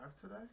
today